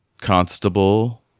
Constable